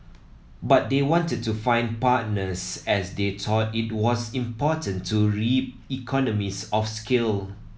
but they wanted to find partners as they thought it was important to reap economies of scale